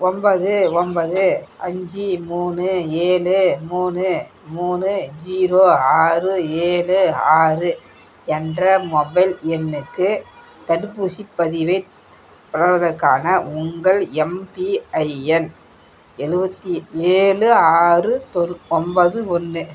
ஒன்பது ஒன்பது அஞ்சு மூணு ஏழு மூணு மூணு ஜீரோ ஆறு ஏழு ஆறு என்ற மொபைல் எண்ணுக்கு தடுப்பூசிப் பதிவைத் தொடர்வதற்கான உங்கள் எம்பிஐஎன் எழுவத்தி ஏழு ஆறு தொ ஒன்பது ஒன்று